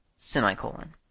Semicolon